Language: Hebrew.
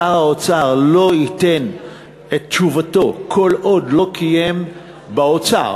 שר האוצר לא ייתן את תשובתו כל עוד לא קיים באוצר,